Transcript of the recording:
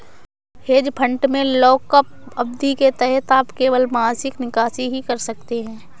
hedge fund में lockup अवधि के तहत आप केवल मासिक निकासी ही कर सकते हैं